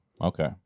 Okay